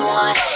one